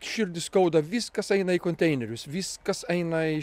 širdį skauda viskas eina į konteinerius viskas eina į